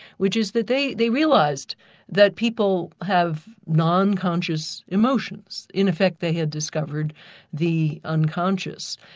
which is that they they realised that people have non-conscious emotions in effect they had discovered the unconscious,